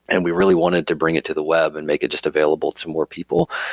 and we really wanted to bring it to the web and make it just available to more people.